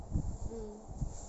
mm